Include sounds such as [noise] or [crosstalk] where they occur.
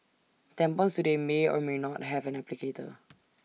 tampons today may or may not have an applicator [noise]